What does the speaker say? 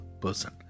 person